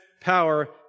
power